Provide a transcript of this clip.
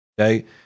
Okay